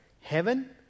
heaven